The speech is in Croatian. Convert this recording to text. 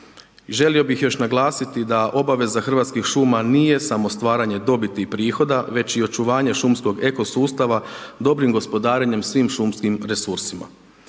želio bih još naglasiti da obaveza Hrvatskih šuma nije samo stvaranje dobiti i prihoda, već i očuvanje šumskog eko sustava dobrim gospodarenjem svim šumskim resursima.